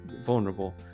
vulnerable